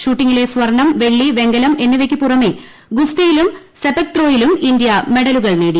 ഷൂട്ടിംഗിലെ സ്വർണ്ണം വെള്ളി വെങ്കലം എന്നിവയ്ക്കു പുറമെ ഗുസ്തിയിലും സെപക് ത്രോയിലും ഇന്ത്യ മെഡലുകൾ നേടി